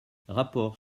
rapport